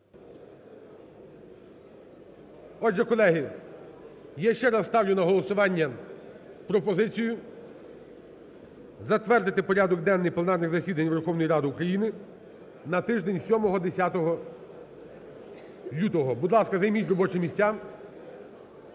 Отже, колеги, я ще раз ставлю на голосування пропозицію затвердити порядок денний пленарних засідань Верховної Ради України на тиждень 7-10 лютого. Будь ласка, займіть робочі місця.